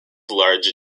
large